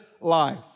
life